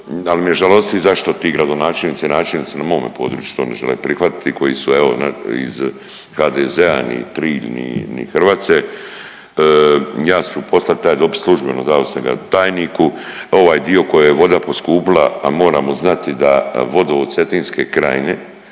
Ali me žalosti zašto ti gradonačelnici, načelnici na mome području to ne žele prihvatiti, koji su evo iz HDZ-a, ni Trilj ni Hrvace. Ja ću poslati taj dopis službeno, dao sam ga tajniku. Ovaj dio koji je voda poskupila, a moramo znati da vodovod Cetinske krajine